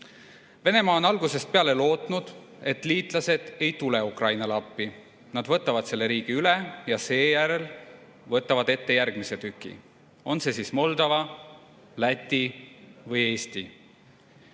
Venemaa on algusest peale lootnud, et liitlased ei tule Ukrainale appi, [Venemaa] võtab selle riigi üle ja seejärel võtab ette järgmise tüki, on see siis Moldova, Läti või Eesti.